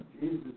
Jesus